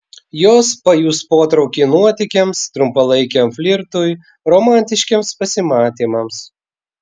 jos pajus potraukį nuotykiams trumpalaikiam flirtui romantiškiems pasimatymams